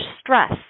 stress